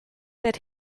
that